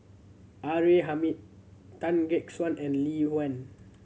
R A Hamid Tan Gek Suan and Lee Wen